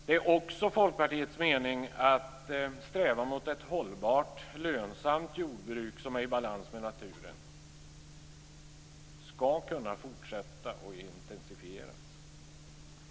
Det är också Folkpartiets mening att strävan mot ett hållbart, lönsamt jordbruk som är i balans med naturen skall kunna fortsätta och intensifieras.